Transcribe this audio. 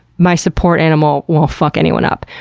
my support animal won't fuck anyone up.